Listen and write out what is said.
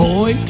Boy